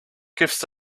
gifts